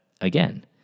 again